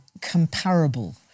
comparable